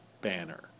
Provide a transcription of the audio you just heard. banner